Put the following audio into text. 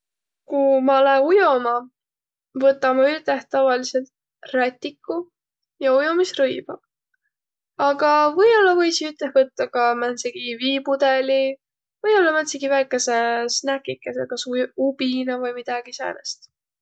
Ku ma lää ujoma, võta ma üteh tavalidsõlt rätiku ja ujomisrõivaq. Aga või-ollaq võisiq üteh võttaq ka määntsegi viipudõli, või-ollaq määntsegi snäkikese, kas ubina vai midägi säänest.